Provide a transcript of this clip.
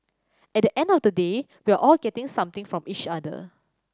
at the end of the day we're all getting something from each other